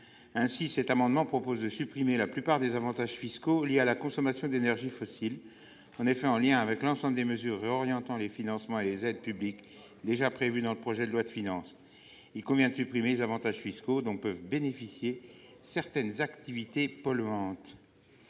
Aussi cet amendement a t il pour objet de supprimer la plupart des avantages fiscaux liés à la consommation d’énergies fossiles. En effet, en lien avec l’ensemble des mesures réorientant les financements et les aides publiques déjà prévues dans le projet de loi de finances, il convient de supprimer les avantages fiscaux dont peuvent bénéficier certaines activités polluantes.